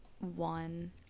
one